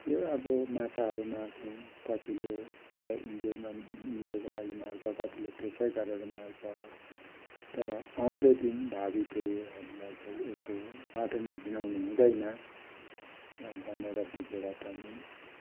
त्यो अब माछाहरू मार्छौँ कतिले एउटा इन्जोयमा इन्जोयको लागि मार्छ कतिले पेसै गरेर मार्छ तर आउँदो दिन भावी पिँडीहरूलाई चाहिँ यस्तो बाटोमा हिँडाउनु हुँदैन जानेर बुझेर पनि